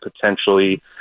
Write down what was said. potentially